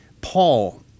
Paul